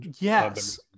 Yes